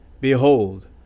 Behold